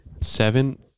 seven